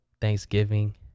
Thanksgiving